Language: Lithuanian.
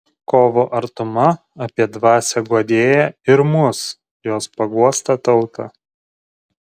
kovo artuma apie dvasią guodėją ir mus jos paguostą tautą